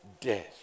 death